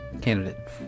candidate